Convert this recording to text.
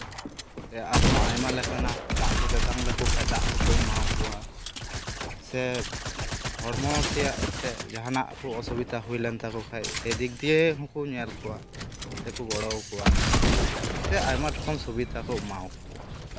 ᱥᱮ ᱟᱨᱦᱚᱸ ᱟᱭᱢᱟ ᱞᱮᱠᱟᱱᱟᱜ ᱫᱟᱜ ᱠᱚ ᱛᱮᱛᱟᱝ ᱞᱮᱠᱚ ᱠᱷᱟᱱ ᱫᱟᱜ ᱠᱚᱠᱚ ᱮᱢᱟᱣᱟᱠᱚᱣᱟ ᱥᱮ ᱦᱚᱲᱢᱚ ᱛᱮᱭᱟᱜ ᱛᱮ ᱡᱟᱦᱟᱱᱟᱜ ᱠᱚ ᱚᱥᱩᱵᱤᱫᱷᱟ ᱦᱩᱭ ᱞᱮᱱ ᱛᱟᱠᱚ ᱠᱷᱟᱱ ᱥᱮᱫᱤᱠ ᱫᱤᱭᱮ ᱦᱚᱸᱠᱚ ᱧᱮᱞ ᱠᱚᱣᱟ ᱥᱮᱠᱚ ᱜᱚᱲᱚᱣᱟᱠᱚᱣᱟ ᱥᱮ ᱟᱭᱢᱟ ᱨᱚᱠᱚᱢ ᱥᱩᱵᱤᱫᱷᱟ ᱠᱚ ᱮᱢᱟᱣ ᱠᱚᱣᱟ